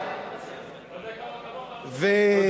אתה יודע כמה כמוך הלכו, תודה.